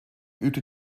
übte